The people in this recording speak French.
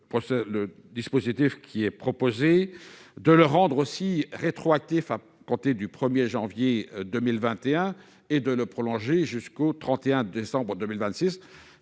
le dispositif, de le rendre rétroactif à compter du 1 janvier 2021 et de le prolonger jusqu'au 31 décembre 2026.